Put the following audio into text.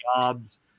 jobs